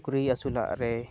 ᱥᱩᱠᱨᱤ ᱟᱹᱥᱩᱞᱟᱜ ᱨᱮ